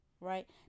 right